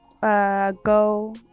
go